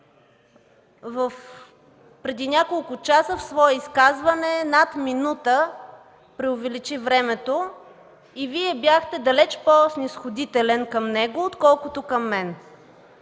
преди няколко часа в свое изказване над минута просрочи времето и Вие бяхте далеч по-снизходителен към него, отколкото към мен.